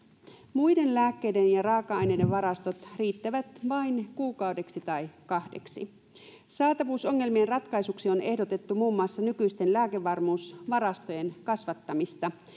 muiden lääkkeiden ja raaka aineiden varastot riittävät vain kuukaudeksi tai kahdeksi saatavuusongelmien ratkaisuksi on ehdotettu muun muassa nykyisten lääkevarmuusvarastojen kasvattamista